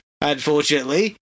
unfortunately